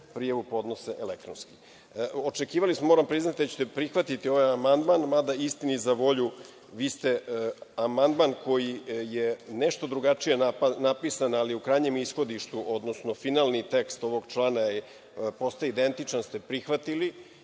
prijavu podnose elektronski. Moram priznati, očekivali smo da ćete da prihvatite ovaj amandman, mada istini za volju, vi ste amandman koji je nešto drugačije napisan, ali u krajnjem ishodištu, odnosno finalni tekst ovog člana postaje identičan, ste prihvatili